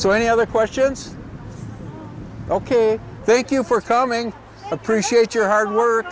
so any other questions ok thank you for coming appreciate your hard work